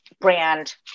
brand